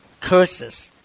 curses